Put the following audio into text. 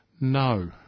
no